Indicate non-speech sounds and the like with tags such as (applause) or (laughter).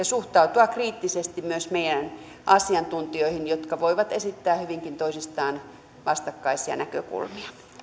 (unintelligible) suhtautua kriittisesti myös meidän asiantuntijoihin jotka voivat esittää hyvinkin toisilleen vastakkaisia näkökulmia